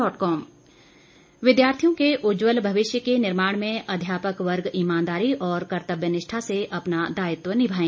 सुरेश भारद्वाज विद्यार्थियों के उज्ज्वल भविष्य के निर्माण में अध्यापक वर्ग ईमानदारी और कर्तव्यनिष्ठा से अपना दायित्व निभाए